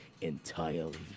entirely